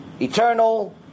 eternal